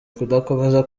kudakomeza